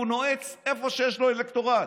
הוא נועץ איפה שיש לו אלקטורט.